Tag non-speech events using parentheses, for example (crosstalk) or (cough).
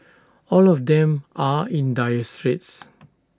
(noise) all of them are in dire straits